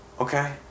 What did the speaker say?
okay